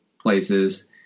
places